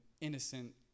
innocent